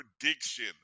prediction